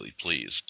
pleased